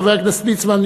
חבר הכנסת ליצמן,